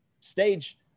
stage